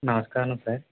నమస్కారం సార్